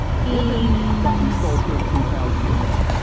given that we sold thirteen thousand units,